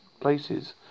Places